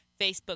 Facebook